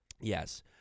Yes